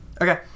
Okay